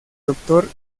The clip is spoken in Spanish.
doctor